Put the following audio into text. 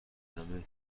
همه